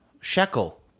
shekel